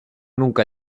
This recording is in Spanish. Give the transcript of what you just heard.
nunca